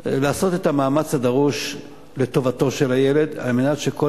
לעשות את המאמץ הדרוש לטובתו של הילד על מנת שכל